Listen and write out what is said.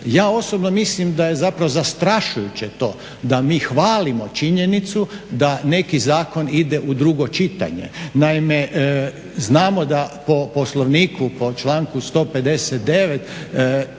Ja osobno mislim da je zapravo zastrašujuće to da mi hvalimo činjenicu da neki zakon ide u drugo čitanje. Naime, znamo da po Poslovniku po članku 159.je